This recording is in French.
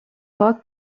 fois